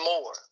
more